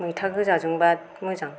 मैथा गोजाजोंबा मोजां